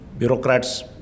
bureaucrats